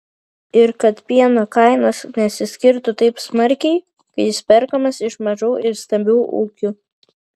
ir kad pieno kainos nesiskirtų taip smarkiai kai jis perkamas iš mažų ir stambių ūkių